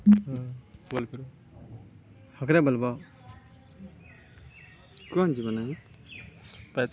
कृषि मसीन केरो सहयोग सें कृषि क्षेत्र मे बढ़ावा मिललै